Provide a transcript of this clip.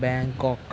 Bangkok